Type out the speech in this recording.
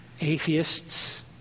atheists